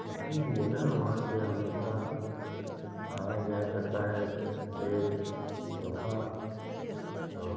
इसीलिए ना वहाँ से हमेशा आया जाया करता है बेड सोफा तो